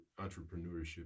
entrepreneurship